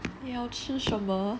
你要吃什么